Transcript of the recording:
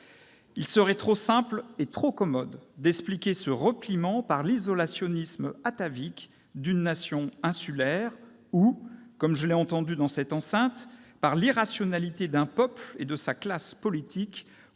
Il serait trop simple et trop commode d'expliquer ce repliement par l'isolationnisme atavique d'une nation insulaire ou, comme je l'ai entendu dans cette enceinte, par l'irrationalité d'un peuple et de sa classe politique